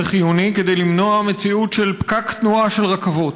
זה חיוני כדי למנוע מציאות של פקק תנועה של רכבות.